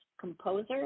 composer